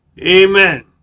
Amen